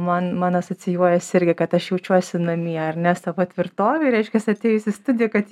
man man asocijuojasi irgi kad aš jaučiuosi namie ar ne savo tvirtovėj reiškias atėjus į studiją kad